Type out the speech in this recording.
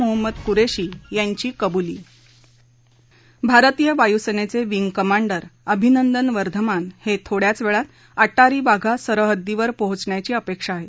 मोहम्मद कुरेशी यांची कबूली भारतीय वायू सेनेचे विंग कंमाडर अभिनंदन वर्धमान हे थोड्याच वेळात अटारी वाघा सरहद्दीवर पोहचण्याची अपेक्षा आहे